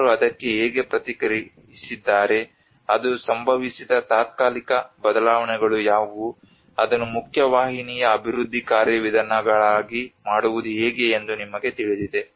ಜನರು ಅದಕ್ಕೆ ಹೇಗೆ ಪ್ರತಿಕ್ರಿಯಿಸಿದ್ದಾರೆ ಅದು ಸಂಭವಿಸಿದ ತಾತ್ಕಾಲಿಕ ಬದಲಾವಣೆಗಳು ಯಾವವು ಅದನ್ನು ಮುಖ್ಯವಾಹಿನಿಯ ಅಭಿವೃದ್ಧಿ ಕಾರ್ಯವಿಧಾನಗಳನ್ನಾಗಿ ಮಾಡುವುದು ಹೇಗೆ ಎಂದು ನಿಮಗೆ ತಿಳಿದಿದೆ